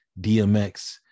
DMX